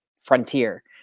frontier